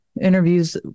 interviews